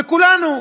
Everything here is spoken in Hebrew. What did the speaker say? וכולנו.